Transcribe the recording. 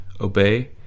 obey